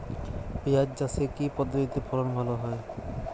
পিঁয়াজ চাষে কি পদ্ধতিতে ফলন ভালো হয়?